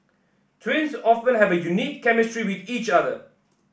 twins often have a unique chemistry with each other